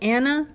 Anna